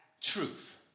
truth